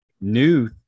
new